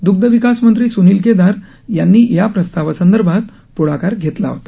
द्ग्धविकास मंत्री सुनील केदार यांनी या प्रस्तावासंदर्भात पुढाकार घेतला होता